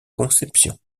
conception